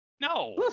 No